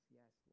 yes